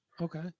Okay